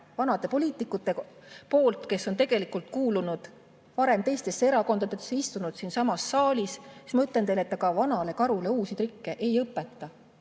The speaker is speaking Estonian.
vanade poliitikute poolt, kes on tegelikult kuulunud varem teistesse erakondadesse, istunud siinsamas saalis, siis ma ütlen teile, et ega vanale karule uusi trikke ei õpeta.